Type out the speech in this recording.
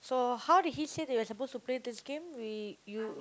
so how did he say that we are supposed to play this game we you